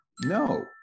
No